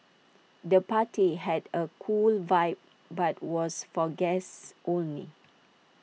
the party had A cool vibe but was for guests only